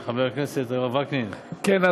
שמעתי את סתיו שפיר מנגנת פרק תהילים קכ"א: "שיר למעלות.